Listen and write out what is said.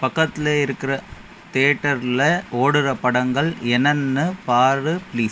பக்கத்தில் இருக்கிற தியேட்டரில் ஓடுகிற படங்கள் என்னென்னன்று பார் பிளீஸ்